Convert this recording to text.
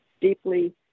deeply